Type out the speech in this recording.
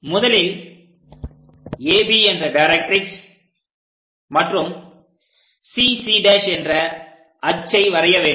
முதலில் AB என்ற directrix மற்றும் CC' என்ற அச்சை வரைய வேண்டும்